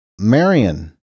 Marion